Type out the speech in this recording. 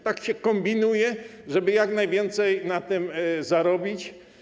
Tak się kombinuje, żeby jak najwięcej na tym zarobić.